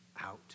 out